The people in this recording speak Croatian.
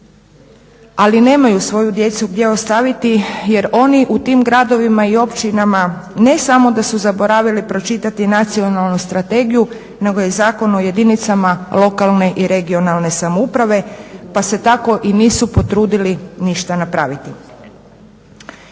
ali nemaju svoju djecu gdje ostaviti jer oni u tim gradovima i općinama ne samo da su zaboravili pročitati nacionalnu strategiju nego i Zakon o jedinicama lokalne i regionalne samouprave pa se tako i nisu potrudili ništa napraviti.